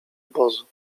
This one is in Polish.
obozu